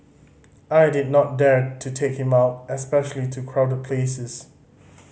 I did not dare to take him out especially to crowded places